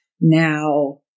Now